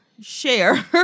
share